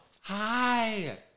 Hi